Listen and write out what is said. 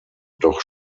doch